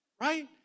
right